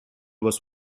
was